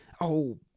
Oh